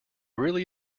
really